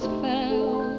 fell